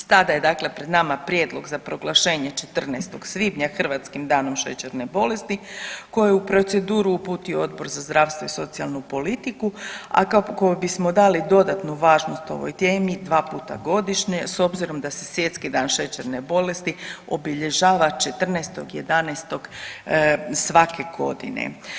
Sada je dakle pred nama prijedlog za proglašenje 14. svibnja Hrvatskim danom šećernom bolesti koji je u proceduru uputio Odbor za zdravstvo i socijalnu politiku, a kako bismo dali dodatnu važnost ovoj temi dva puta godišnje s obzirom da se Svjetski dan šećerne bolesti obilježava 14.11. svake godine.